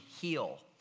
heal